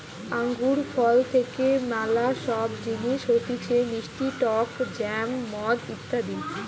আঙ্গুর ফল থেকে ম্যালা সব জিনিস হতিছে মিষ্টি টক জ্যাম, মদ ইত্যাদি